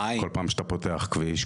כל פעם שאתה פותח כביש,